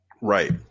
Right